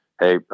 Hey